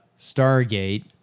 Stargate